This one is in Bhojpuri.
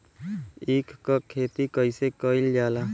ईख क खेती कइसे कइल जाला?